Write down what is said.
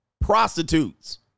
prostitutes